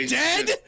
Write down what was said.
dead